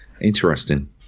interesting